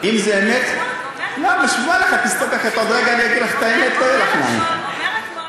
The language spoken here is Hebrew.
אם זה אמת, למה, בשביל מה לך, את מסתבכת.